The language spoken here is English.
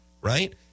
Right